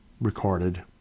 recorded